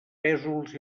pèsols